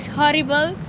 it's horrible